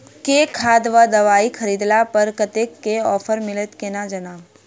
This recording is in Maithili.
केँ खाद वा दवाई खरीदला पर कतेक केँ ऑफर मिलत केना जानब?